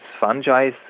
fungi